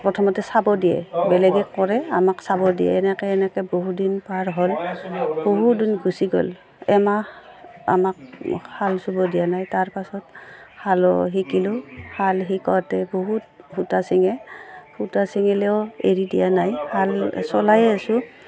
প্ৰথমতে চাব দিয়ে বেলেগে কৰে আমাক চাব দিয়ে এনেকৈ এনেকৈ বহুদিন পাৰ হ'ল বহুদিন গুচি গ'ল এমাহ আমাক শাল চুব দিয়া নাই তাৰ পাছত শালো শিকিলোঁ শাল শিকাওতে বহুত সূতা চিঙে সূতা চিঙিলেও এৰি দিয়া নাই শাল চলাই আছো